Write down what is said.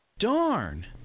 Darn